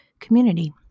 community